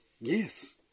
yes